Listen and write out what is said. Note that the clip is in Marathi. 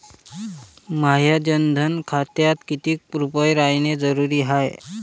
माह्या जनधन खात्यात कितीक रूपे रायने जरुरी हाय?